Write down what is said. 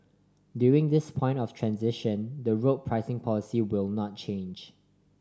during this point of transition the road pricing policy will not change